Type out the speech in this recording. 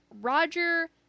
Roger